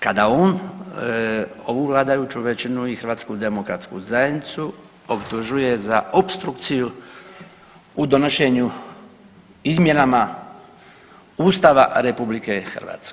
Kada on ovu vladajuću većinu i HDZ optužuje za opstrukciju u donošenju izmjenama Ustava RH.